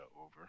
over